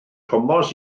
thomas